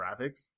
graphics